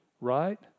right